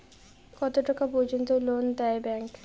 কত টাকা পর্যন্ত লোন দেয় ব্যাংক?